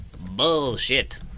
Bullshit